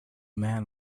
man